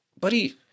buddy